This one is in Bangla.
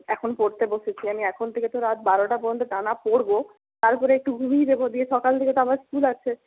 এখন পড়তে বসেছি আমি এখন থেকে তো রাত বারোটা পর্যন্ত টানা পড়ব তারপর একটু ঘুমিয়ে নেব দিয়ে সকাল থেকে তো আবার স্কুল আছে